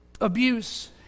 abuse